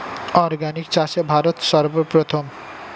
organic চাষে ভারত সর্বপ্রথম